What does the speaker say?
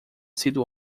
sido